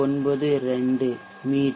992 me